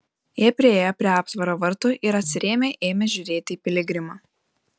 jie priėjo prie aptvaro vartų ir atsirėmę ėmė žiūrėti į piligrimą